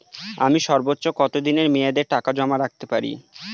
আমি সর্বোচ্চ কতদিনের মেয়াদে টাকা জমা রাখতে পারি?